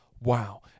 wow